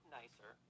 nicer